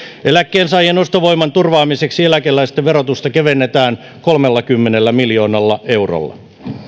eläkkeensaajien ostovoiman turvaamiseksi eläkeläisten verotusta kevennetään kolmellakymmenellä miljoonalla eurolla